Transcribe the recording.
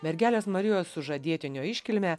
mergelės marijos sužadėtinio iškilmę